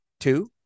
Two